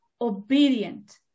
obedient